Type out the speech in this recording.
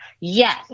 Yes